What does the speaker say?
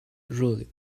rolled